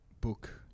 book